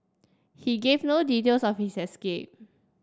he gave no details of his escape